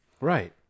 right